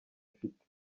afite